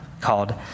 called